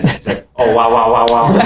oh, wow wow wow. wow